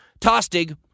Tostig